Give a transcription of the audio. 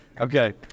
Okay